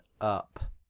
up